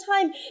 time